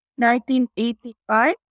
1985